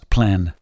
Plan